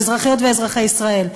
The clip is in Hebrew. אזרחיות ואזרחי ישראל.